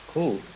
Cool